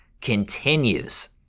continues